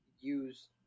use